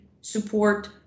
support